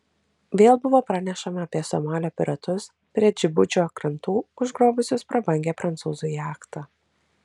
vėl buvo pranešama apie somalio piratus prie džibučio krantų užgrobusius prabangią prancūzų jachtą